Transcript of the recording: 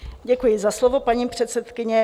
Děkuji za slovo, paní předsedkyně.